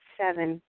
Seven